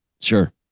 Sure